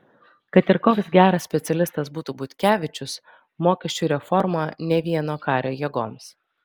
kad ir koks geras specialistas būtų butkevičius mokesčių reforma ne vieno kario jėgoms